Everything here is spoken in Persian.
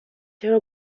چرا